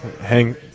hang